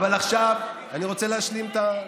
אבל עכשיו אני רוצה להשלים את הסיפור.